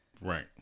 Right